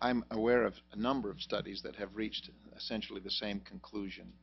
i'm aware of a number of studies that have reached essential of the same